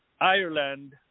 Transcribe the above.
Ireland